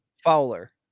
fowler